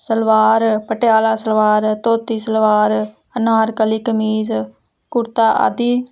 ਸਲਵਾਰ ਪਟਿਆਲਾ ਸਲਵਾਰ ਧੋਤੀ ਸਲਵਾਰ ਅਨਾਰਕਲੀ ਕਮੀਜ਼ ਕੁਰਤਾ ਆਦਿ